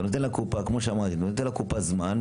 אתה נותן לקופה זמן,